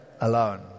alone